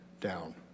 down